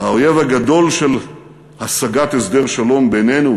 האויב הגדול של השגת הסדר שלום בינינו